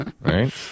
Right